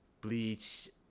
Bleach